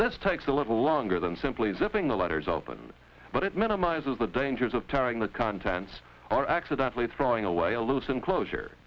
this takes a little longer than simply zipping the letters open but it minimizes the dangers of tearing the contents are accidentally throwing away a loose enclosure